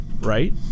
right